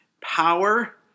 power